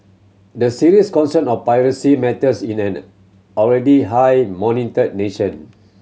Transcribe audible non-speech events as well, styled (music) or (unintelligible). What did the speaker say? the serious concern of privacy matters in an (unintelligible) already high monitored nation